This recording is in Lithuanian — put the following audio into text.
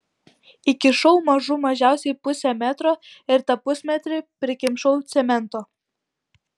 įkišau mažų mažiausiai pusę metro ir tą pusmetrį prikimšau cemento